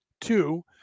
Two